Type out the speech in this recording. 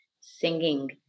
singing